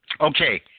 Okay